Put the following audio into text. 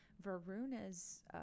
Varuna's